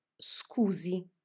scusi